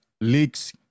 Leaks